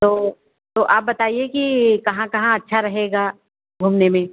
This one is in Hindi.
तो तो आप बताइए कि कहाँ कहाँ अच्छा रहेगा घूमने में